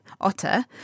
Otter